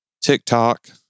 TikTok